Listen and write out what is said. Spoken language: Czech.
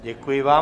Děkuji vám.